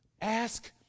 Ask